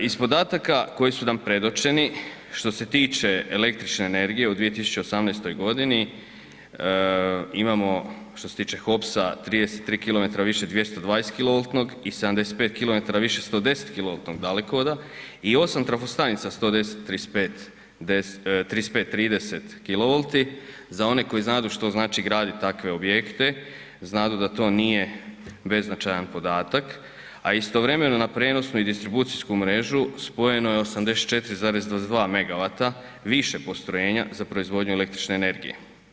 Iz podataka koji su nam predočeni što se tiče električne energije u 2018.g. imamo što se tiče HOPS-a 33 km više 220 kilovoltnog i 75 km više 110 kilovoltnog dalekovoda i 8 trafostanica 110, 35, 30 kilovolti, za one koji znadu što znači gradit takve objekte, znadu da to nije beznačajan podatak, a istovremeno na prijenosnu i distribucijsku mrežu spojeno je 84,22 MWh više postrojenja za proizvodnju električne energije.